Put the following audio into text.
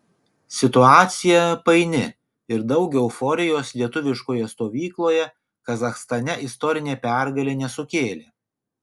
situacija paini ir daug euforijos lietuviškoje stovykloje kazachstane istorinė pergalė nesukėlė